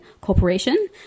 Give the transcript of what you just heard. Corporation